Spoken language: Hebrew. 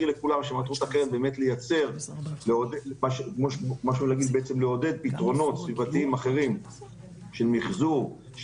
היא לעודד פתרונות סביבתיים אחרים - מחזור,